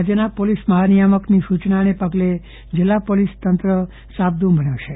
રાજયના પોલીસ મહાનિયામકની સૂચનાને પગલે જિલ્લા પોલીસ તંત્ર સાબદુ બન્યું છે